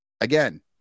Again